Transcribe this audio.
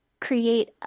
create